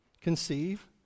conceive